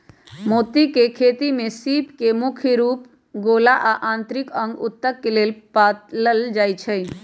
मोती के खेती में सीप के मुख्य रूप से मोती गोला आ आन्तरिक अंग उत्तक के लेल पालल जाई छई